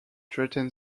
threaten